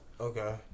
Okay